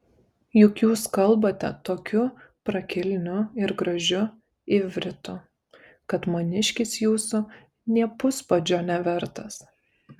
juk jūs kalbate tokiu prakilniu ir gražiu ivritu kad maniškis jūsų nė puspadžio nevertas